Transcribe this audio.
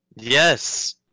Yes